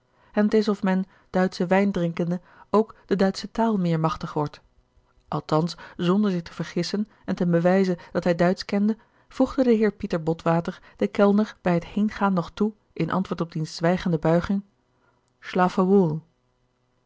en t is of men duitschen wijn drinkende ook de duitsche taal meer machtig wordt althans zonder zich te vergissen en ten bewijze dat hij duitsch kende voegde de heer pieter botwater den kellner hij het heengaan nog toe in antwoord op diens zwijgende buiging schlafe wohl